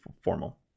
formal